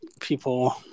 people